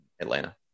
Atlanta